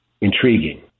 intriguing